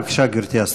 בבקשה, גברתי השרה.